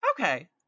Okay